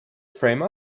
frame